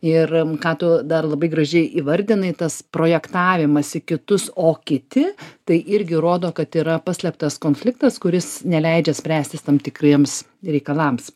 ir ką tu dar labai gražiai įvardinai tas projektavimas į kitus o kiti tai irgi rodo kad yra paslėptas konfliktas kuris neleidžia spręstis tam tikriems reikalams